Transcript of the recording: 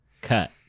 cut